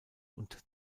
und